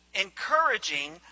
encouraging